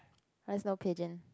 mine's no pigeon